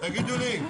תגידו לי,